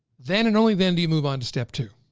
then and only then do you move on to step two.